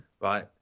right